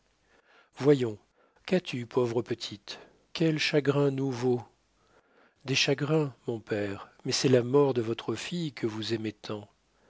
voyons qu'as-tu pauvre petite quels chagrins nouveaux des chagrins mon père mais c'est la mort de votre fille que vous aimez tant